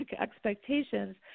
expectations